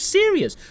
serious